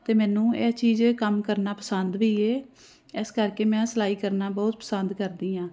ਅਤੇ ਮੈਨੂੰ ਇਹ ਚੀਜ਼ ਕੰਮ ਕਰਨਾ ਪਸੰਦ ਵੀ ਹੈ ਇਸ ਕਰਕੇ ਮੈਂ ਸਿਲਾਈ ਕਰਨਾ ਬਹੁਤ ਪਸੰਦ ਕਰਦੀ ਹਾਂ